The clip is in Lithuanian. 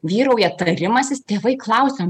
vyrauja tarimasis tėvai klausia